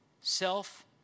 self